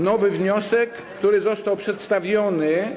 Nowy wniosek, który został przedstawiony.